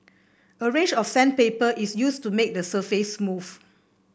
a range of sandpaper is used to make the surface smooth